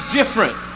different